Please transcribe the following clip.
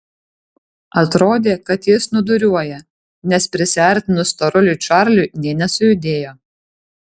atrodė kad jis snūduriuoja nes prisiartinus storuliui čarliui nė nesujudėjo